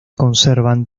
conservan